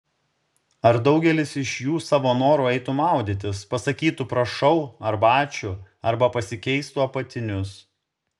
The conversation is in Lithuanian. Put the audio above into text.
ar daugelis iš jų savo noru eitų maudytis pasakytų prašau arba ačiū arba pasikeistų apatinius